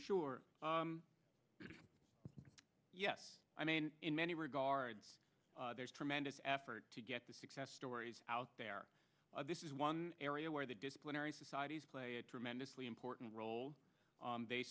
sure yes i mean in many regards there's tremendous effort to get the success stories out there this is one area where the disciplinary societies play a tremendously important role they